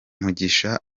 mugisha